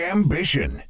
Ambition